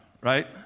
right